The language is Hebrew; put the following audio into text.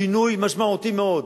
שינוי משמעותי מאוד.